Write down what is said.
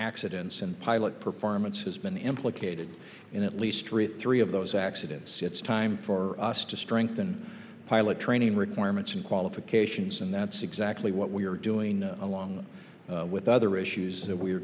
accidents and pilot performance has been implicated in at least three three of those accidents it's time for us to strengthen pilot training requirements and qualifications and that's exactly what we are doing along with other issues that we are